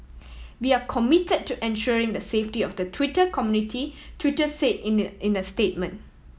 we are committed to ensuring the safety of the Twitter community Twitter say in a in a statement